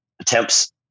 attempts